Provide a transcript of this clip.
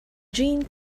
jeanne